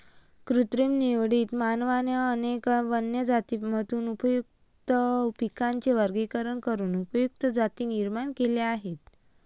कृत्रिम निवडीत, मानवाने अनेक वन्य जातींमधून उपयुक्त पिकांचे वर्गीकरण करून उपयुक्त जाती निर्माण केल्या आहेत